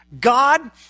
God